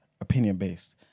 opinion-based